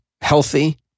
healthy